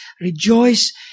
rejoice